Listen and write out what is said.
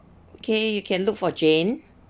okay you can look for jane